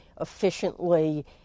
efficiently